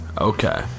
Okay